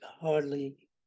hardly